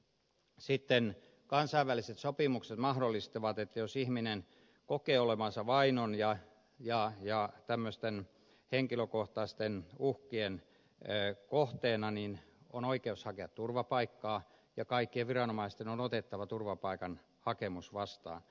sitten kansainväliset sopimukset mahdollistavat että jos ihminen kokee olevansa vainon ja henkilökohtaisten uhkien kohteena niin on oikeus hakea turvapaikkaa ja kaikkien viranomaisten on otettava turvapaikkahakemus vastaan